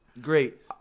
Great